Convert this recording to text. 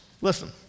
Listen